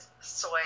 soy